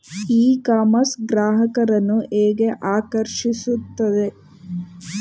E commerce ಗ್ರಾಹಕರನ್ನು ಹೇಗೆ ಆಕರ್ಷಿಸುತ್ತದೆ?